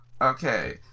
Okay